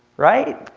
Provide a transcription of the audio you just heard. right?